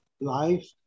life